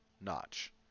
notch